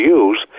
use